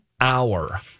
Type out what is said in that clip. hour